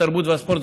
התרבות והספורט,